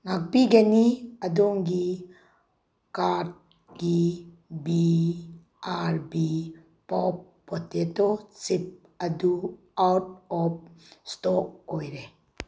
ꯉꯥꯛꯄꯤꯒꯅꯤ ꯑꯗꯣꯝꯒꯤ ꯀꯥꯔꯠꯀꯤ B R B pop potato chip ꯑꯗꯨ ꯑꯥꯎꯠ ꯑꯣꯐ ꯏꯁꯇꯣꯛ ꯑꯣꯏꯔꯦ